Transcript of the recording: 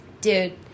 dude